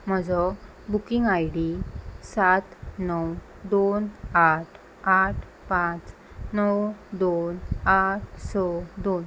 म्हजो booking I D सात णव दोन आठ आठ पांच णव दोन आठ स दोन